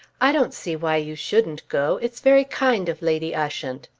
i don't see why you shouldn't go. it's very kind of lady ushant.